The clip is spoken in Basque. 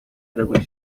erakutsi